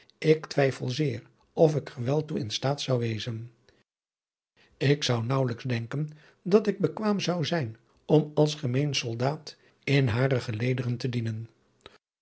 ik twijfel zeer of ik er wel toe in staat zou wezen ik zou naauwelijks denken dat ik bekwaam zou zijn om als gemeen soldaat in hare gelederen te dienen